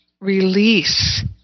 release